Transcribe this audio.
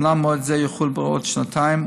אומנם מועד זה יחול בעוד שנתיים,